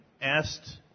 asked